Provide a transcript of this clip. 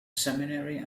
seminary